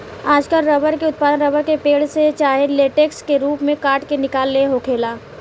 आजकल रबर के उत्पादन रबर के पेड़, से चाहे लेटेक्स के रूप में काट के निकाल के होखेला